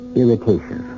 irritation